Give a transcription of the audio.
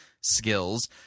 skills